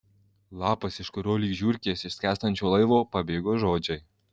lapas iš kurio lyg žiurkės iš skęstančio laivo pabėgo žodžiai